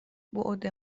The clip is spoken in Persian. بُعد